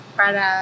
para